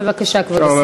בבקשה, כבוד השר.